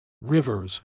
rivers